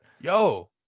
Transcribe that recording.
yo